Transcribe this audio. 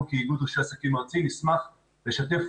אנחנו כאיגוד רישוי עסקים ארצי נשמח לשתף